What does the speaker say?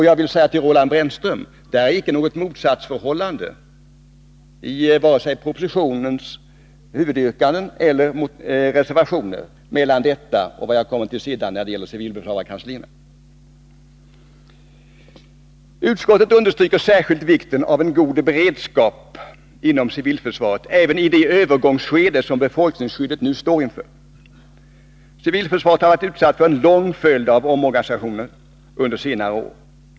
Jag vill säga till Roland Brännström att det i denna fråga inte föreligger något motsatsförhållande mellan propositionens huvudyrkanden och reservationen med vår ståndpunkt när det gäller civilbefälhavarkanslierna. Utskottet understryker särskilt vikten av en god beredskap inom civilförsvaret även i det övergångsskede som befolkningsskyddet nu står inför. Civilförsvaret har varit utsatt för en lång följd av organisationsförändringar under senare år.